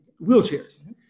wheelchairs